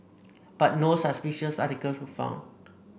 but no suspicious articles were found